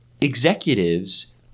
executives